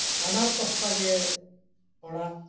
ᱵᱟᱱᱟᱨ ᱯᱟᱥᱴᱟ ᱜᱮ ᱚᱲᱟᱜ